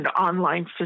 online